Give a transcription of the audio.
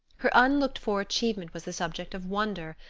her unlooked-for achievement was the subject of wonder,